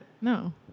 No